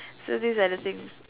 so these are the things